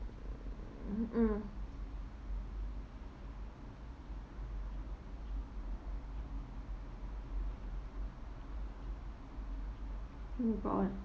mm oh my god